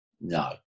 No